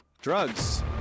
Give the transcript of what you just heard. drugs